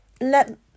let